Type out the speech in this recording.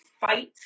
fight